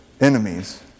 enemies